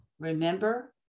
Remember